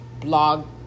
blog